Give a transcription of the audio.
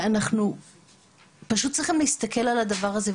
ואנחנו פשוט צריכים להסתכל על הדבר הזה,